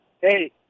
Hey